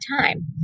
time